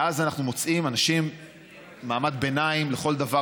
ואז אנחנו מוצאים אנשים ממעמד ביניים לכל דבר